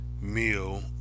meal